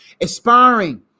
Aspiring